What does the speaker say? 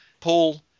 Paul